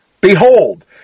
Behold